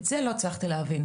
את זה לא הצלחתי להבין.